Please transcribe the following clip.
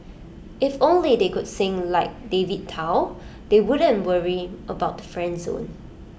if only they could sing like David Tao they wouldn't worry about the friend zone